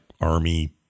army